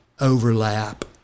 overlap